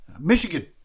Michigan